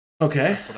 Okay